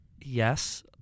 Yes